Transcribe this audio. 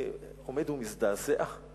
אני עומד ומזדעזע.